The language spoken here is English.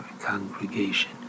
congregation